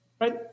Right